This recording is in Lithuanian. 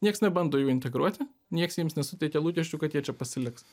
nieks nebando jų integruoti nieks jiems nesuteikia lūkesčių kad jie čia pasiliks